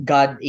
God